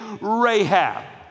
Rahab